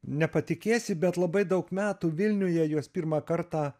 nepatikėsi bet labai daug metų vilniuje juos pirmą kartą